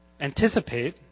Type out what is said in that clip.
anticipate